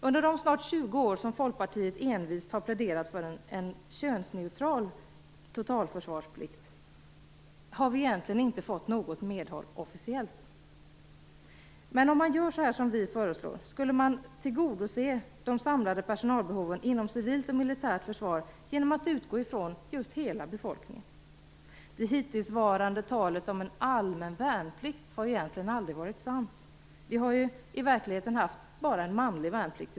Under de snart 20 år som Folkpartiet envist har pläderat för en könsneutral totalförsvarsplikt har partiet inte fått något medhåll officiellt. Om man gör som vi föreslår tillgodoser man de samlade personalbehoven inom civilt och militärt försvar genom att utgå från hela befolkningen. Det hittillsvarande talet om en "allmän värnplikt" har egentligen aldrig varit sant, utan vi har i verkligheten haft en manlig värnplikt.